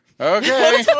Okay